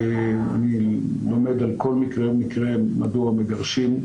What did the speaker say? אני לומד על כל מקרה ומקרה, מדוע מגרשים.